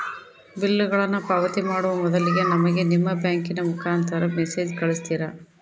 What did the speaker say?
ಬಿಲ್ಲುಗಳನ್ನ ಪಾವತಿ ಮಾಡುವ ಮೊದಲಿಗೆ ನಮಗೆ ನಿಮ್ಮ ಬ್ಯಾಂಕಿನ ಮುಖಾಂತರ ಮೆಸೇಜ್ ಕಳಿಸ್ತಿರಾ?